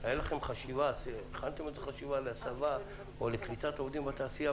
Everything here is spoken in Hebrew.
יש לכם חשיבה לגבי תוכניות הסבה או לקליטת עובדים בתעשייה?